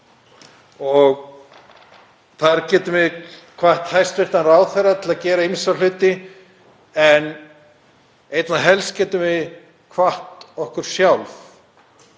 Þar getum við hvatt hæstv. ráðherra til að gera ýmsa hluti en einna helst getum við hvatt okkur sjálf